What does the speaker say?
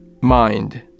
mind